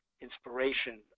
inspiration